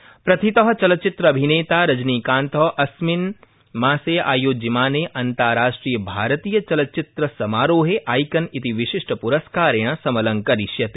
IFFI प्रस्कार प्रथित चलच्चित्राभिनेता रजनीकान्त अस्मिन् मासे आयोज्यमाने अन्ताराष्ट्रिय भारतीय चलच्चित्र समारोहे आइकन इति विशिष्ट प्रस्कारेण समलंकरिष्यते